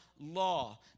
law